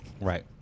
Right